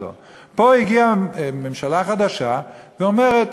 פה הגיעה ממשלה חדשה, ואומרת: